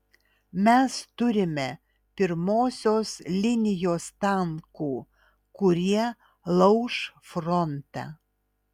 mes turime pirmosios linijos tankų kurie lauš frontą